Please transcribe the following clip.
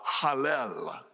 Hallel